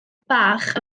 bach